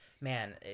man